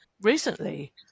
recently